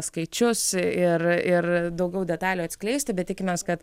skaičius ir ir daugiau detalių atskleisti bet tikimės kad